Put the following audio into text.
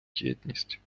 єдність